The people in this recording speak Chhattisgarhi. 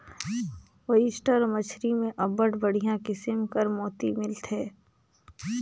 ओइस्टर मछरी में अब्बड़ बड़िहा किसिम कर मोती मिलथे